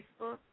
Facebook